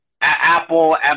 Apple